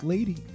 Lady